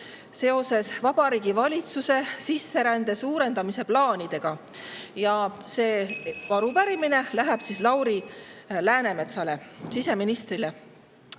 Vabariigi Valitsuse sisserände suurendamise plaanide kohta. See arupärimine läheb Lauri Läänemetsale, siseministrile.